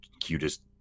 cutest